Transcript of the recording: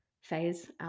phase